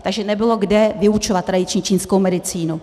Takže nebylo kde vyučovat tradiční čínskou medicínu.